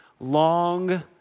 Long